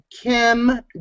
Kim